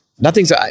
nothing's